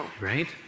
Right